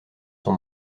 son